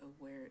aware